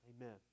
Amen